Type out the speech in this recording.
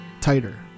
tighter